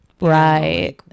Right